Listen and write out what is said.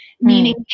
meaning